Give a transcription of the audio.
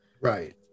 Right